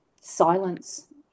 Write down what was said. silence